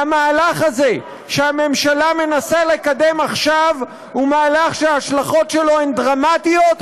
והמהלך הזה שהממשלה מנסה לקדם עכשיו הוא מהלך שההשלכות שלו הן דרמטיות,